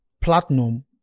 platinum